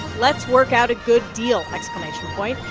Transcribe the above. let's work out a good deal exclamation point.